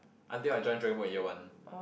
until I join dragon boat in year one